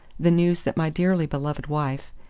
the news that my dearly beloved wife,